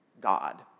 God